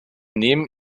nehmen